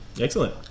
Excellent